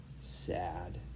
sad